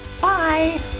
Bye